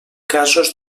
casos